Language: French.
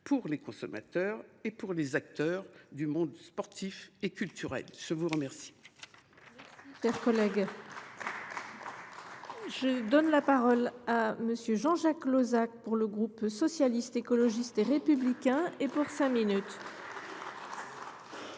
pour les consommateurs et pour les acteurs du monde sportif et culturel. La parole